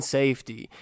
safety